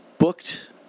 Booked